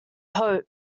hope